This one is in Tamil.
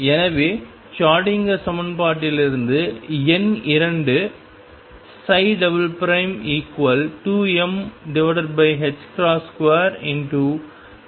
எனவே ஷ்ரோடிங்கர் சமன்பாட்டிலிருந்து எண் 2 2m2V0 E